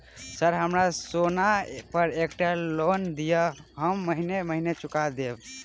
Sir हमरा सोना पर एकटा लोन दिऽ हम महीने महीने चुका देब?